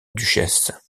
duchesse